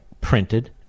printed